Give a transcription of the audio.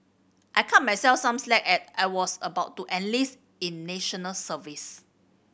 I cut myself some slack as I was about to enlist in National Service